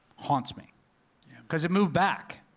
haunts me because it moved back,